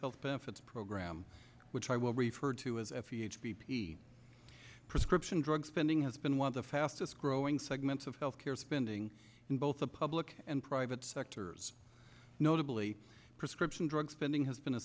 health benefits program which i will refer to as f e h b p prescription drug spending has been one of the fastest growing segments of health care spending in both the public and private sectors notably prescription drug spending has been a